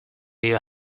your